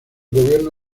gobierno